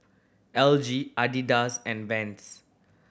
L G Adidas and Vans